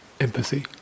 empathy